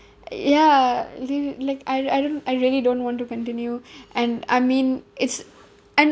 ya really like I I don't I really don't want to continue and I mean it's and